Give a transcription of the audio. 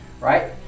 right